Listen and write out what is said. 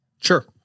Sure